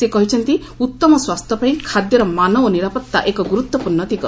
ସେ କହିଛନ୍ତି ଉତ୍ତମ ସ୍ୱାସ୍ଥ୍ୟପାଇଁ ଖାଦ୍ୟର ମାନ ଓ ନିରାପତ୍ତା ଏକ ଗୁରୁତ୍ୱପୂର୍ଣ୍ଣ ଦିଗ